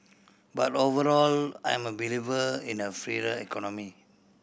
but overall I'm a believer in a freer economy